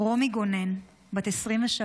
רומי גונן, בת 23,